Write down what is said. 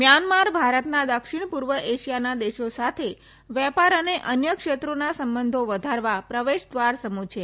Myanmar ભારતના દક્ષિણ પૂર્વએશિયાના દેશો સાથે વેપાર અને અન્ય ક્ષેત્રોના સંબધો વધારવા પ્રવેશ દ્વાર સમુ છે